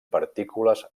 partícules